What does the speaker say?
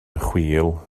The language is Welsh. chwil